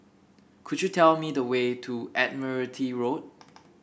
could you tell me the way to Admiralty Road